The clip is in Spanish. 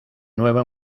nuevo